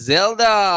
Zelda